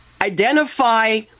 identify